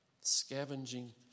Scavenging